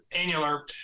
annular